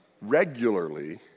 Regularly